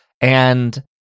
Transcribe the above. And-